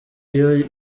iyo